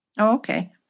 okay